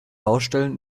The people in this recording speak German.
baustellen